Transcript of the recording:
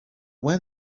when